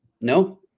No